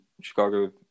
Chicago